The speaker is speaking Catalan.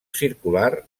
circular